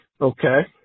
okay